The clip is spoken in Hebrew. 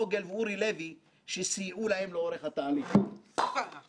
היועצת המשפטית לוועדת הכלכלה והמשנה ליועץ המשפטי